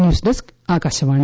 news desk Akashvani